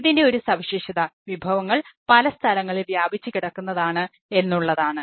ഇതിൻറെ ഒരു സവിശേഷത വിഭവങ്ങൾ പല സ്ഥലങ്ങളിൽ വ്യാപിച്ചുകിടക്കുന്നതാണ് എന്നുള്ളതാണ്